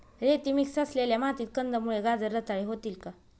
रेती मिक्स असलेल्या मातीत कंदमुळे, गाजर रताळी होतील का?